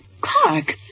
Clark